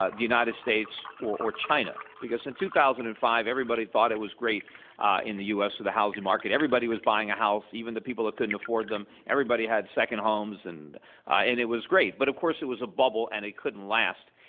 ah the united states or china. because in two thousand and five, everybody thought it was great in the u. s. with the housing market. everybody was buying a house, even the people who couldn't afford them. everybody had second homes and and it was great. but of course it was a bubble and it couldn't last.